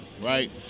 right